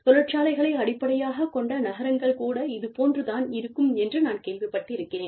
தொழிற்சாலைகளை அடிப்படையாகக் கொண்ட நகரங்கள் கூட இதுபோன்று தான் இருக்கும் என்று நான் கேள்விப் பட்டிருக்கிறேன்